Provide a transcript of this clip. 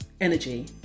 energy